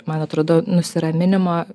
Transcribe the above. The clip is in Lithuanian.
man atrodo nusiraminimo